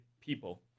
people